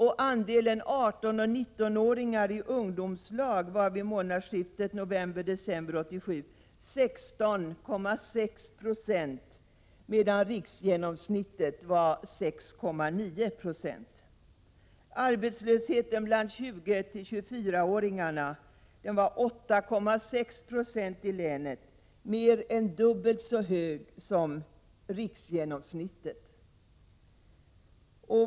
Andelen 18 och 19-åringar i ungdomslag var vid månadsskiftet november-december 16,6 26, medan riksgenomsnittet var 6,9 20. Arbetslösheten bland 20—24-åringarna var 8,6 96 i länet, mer än dubbelt så hög som riksgenomsnittet.